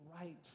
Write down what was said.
right